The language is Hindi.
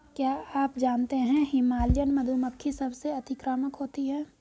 क्या आप जानते है हिमालयन मधुमक्खी सबसे अतिक्रामक होती है?